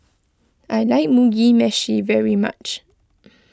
I like Mugi Meshi very much